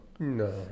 No